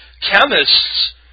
Chemists